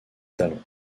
talent